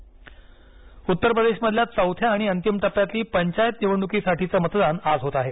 उत्तरप्रदेश पंचायत निकाल उत्तरप्रदेशमधल्या चौथ्या आणि अंतिम टप्प्यातली पंचायत निवडणूकीसाठीचं मतदान आज होत आहे